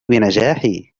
بنجاحي